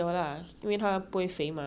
then 不会压到膝盖 lor